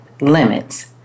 Limits